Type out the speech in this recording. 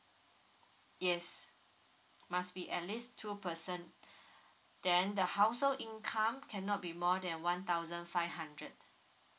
yes must be at least two person then the household income cannot be more than one thousand five hundred